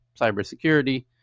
cybersecurity